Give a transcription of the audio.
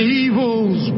evil's